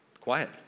Quiet